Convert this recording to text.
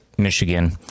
Michigan